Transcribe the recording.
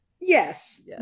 Yes